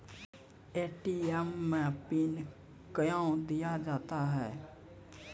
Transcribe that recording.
ATM मे PIN कयो दिया जाता हैं?